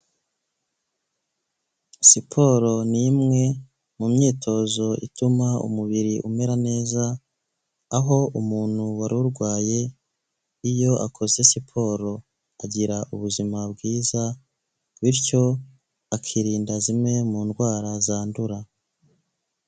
Siporo ni imwe mu myitozo ituma umubiri umera neza aho umuntu wari urwaye iyo akoze siporo agira ubuzima bwiza bityo akirinda zimwe mu ndwara zandura.